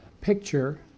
picture